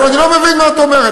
אני לא מבין מה את אומרת.